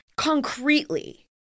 concretely